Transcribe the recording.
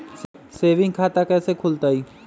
Saving खाता कैसे खुलतई?